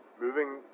Moving